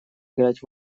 играть